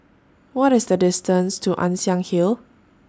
What IS The distance to Ann Siang Hill